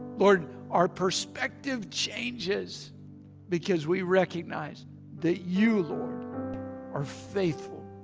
lord, our perspective changes because we recognize that you lord are faithful.